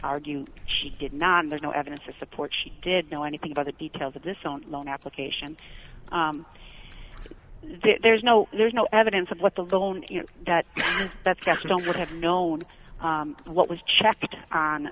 argue she did not there's no evidence to support she did know anything about the details of this own loan application there's no there's no evidence of what the loan you know that that's got don't have known what was checked on